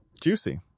Juicy